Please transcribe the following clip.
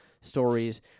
stories